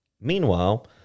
Meanwhile